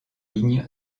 ligne